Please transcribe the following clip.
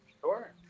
sure